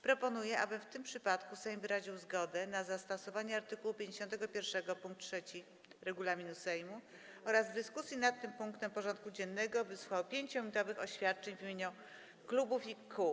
Proponuję, aby w tym przypadku Sejm wyraził zgodę na zastosowanie art. 51 pkt 3 regulaminu Sejmu oraz w dyskusji nad tym punktem porządku dziennego wysłuchał 5-minutowych oświadczeń w imieniu klubów i kół.